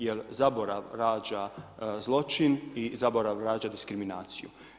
Jer zaborav rađa zločin i zaborav rađa diskriminaciju.